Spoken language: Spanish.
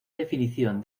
definición